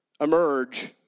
Emerge